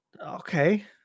Okay